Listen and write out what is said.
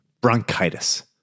bronchitis